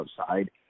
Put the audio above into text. outside